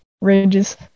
ranges